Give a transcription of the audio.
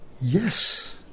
yes